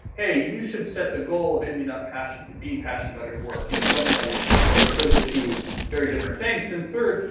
hey you should set the goal of ending up being passionate about your work, you know, don't sell yourself short. but those are two very different things then third,